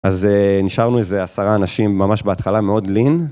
אז נשארנו איזה עשרה אנשים ממש בהתחלה מאוד לין.